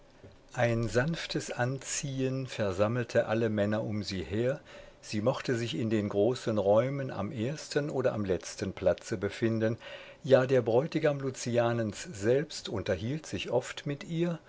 ein sanftes anziehen versammelte alle männer um sie her sie mochte sich in den großen räumen am ersten oder am letzten platze befinden ja der bräutigam lucianens selbst unterhielt sich oft mit ihr